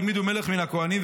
והעמידו מלך מן הכוהנים,